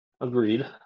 Agreed